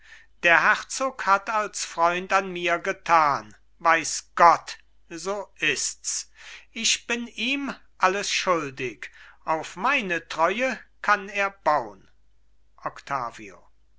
der herzog hat als freund an mir getan weiß gott so ists ich bin ihm alles schuldig auf meine treue kann er baun